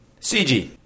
CG